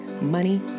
money